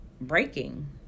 breaking